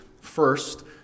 first